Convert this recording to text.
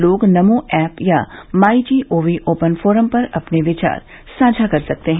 लोग नमो ऐप या MyGov open forum पर अपने विचार साझा कर सकते हैं